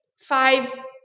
five